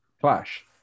Flash